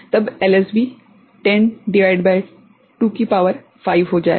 तब एलएसबी 10 भागित 2 की शक्ति 5 हो जाएगा